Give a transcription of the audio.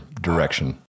direction